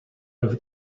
over